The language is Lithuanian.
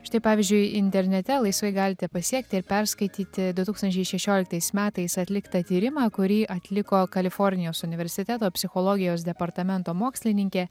štai pavyzdžiui internete laisvai galite pasiekti ir perskaityti du tūkstančiai šešioliktais metais atliktą tyrimą kurį atliko kalifornijos universiteto psichologijos departamento mokslininkė